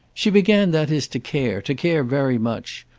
she began, that is, to care to care very much.